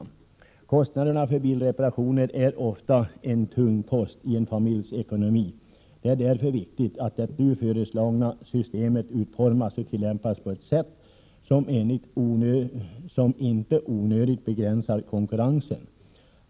Kostnaderna för bilreparationer är ofta en tung post i en familjs ekonomi. Det är därför viktigt att det nu föreslagna systemet utformas och tillämpas på ett sätt som inte onödigt begränsar konkurrensen.